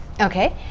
Okay